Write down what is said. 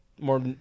more